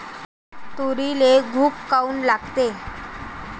तुरीले घुंग काऊन लागते?